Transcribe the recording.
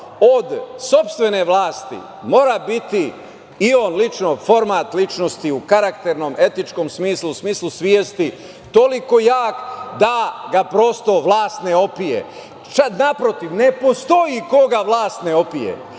od sopstvene vlasti, mora biti, on lično, format ličnosti u karakternom, etičkom smislu, u smislu svesti toliko jak da ga prosto vlast ne opije. Čak naprotiv, ne postoji koga vlast ne opije.